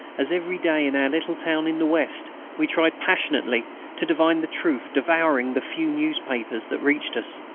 as every day in our little town in the west we tried passionately to divine the truth, devouring the few newspapers that reached us.